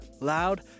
loud